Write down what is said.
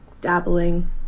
dabbling